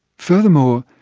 furthermore,